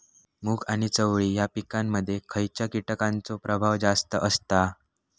मूग आणि चवळी या पिकांमध्ये खैयच्या कीटकांचो प्रभाव जास्त असता?